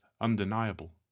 undeniable